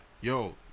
yo